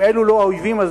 אם אלה לא האויבים,